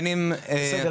בסדר,